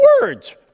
words